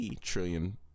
trillion